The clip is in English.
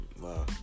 Wow